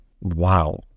Wow